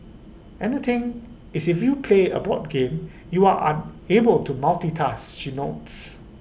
and the thing is if you play A board game you are unable to multitask she notes